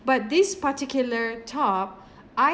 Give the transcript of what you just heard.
but this particular top I